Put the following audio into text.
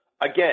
again